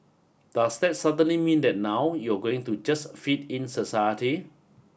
does that suddenly mean that now you're going to just fit in society